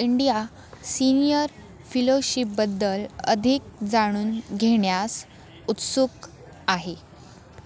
India senior फिलोशीपबद्दल अधिक जाणून घेण्यास उत्सुक आहे